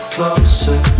Closer